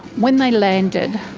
when they landed,